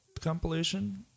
compilation